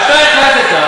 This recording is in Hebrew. אף אחד לא ידחה